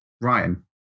Ryan